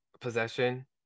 possession